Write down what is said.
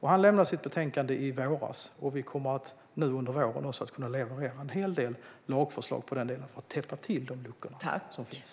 Han lämnade sitt betänkande i våras, och vi kommer under våren att kunna leverera en hel del lagförslag på det området för att täppa till de luckor som finns.